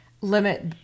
limit